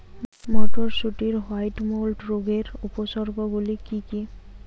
মটরশুটির white mould রোগের উপসর্গগুলি কী কী?